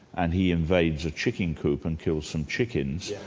and he invades a chicken coop and kills some chickens,